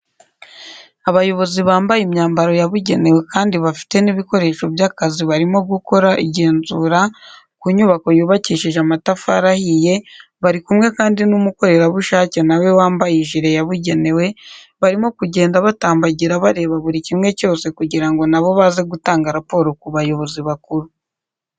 Abayobozi bambaye imyambaro yabugenewe kandi bafite n'ibikoresho by'akazi barimo gukora igenzura ku nyubako yubakishije amatafari ahiye bari kumwe kandi n'umukorerabushake na we wambaye ijire yabugenewe, barimo kugenda batambagira bareba buri kimwe cyose kugira ngo na bo baze gutanga raporo ku bayobozi bakuru.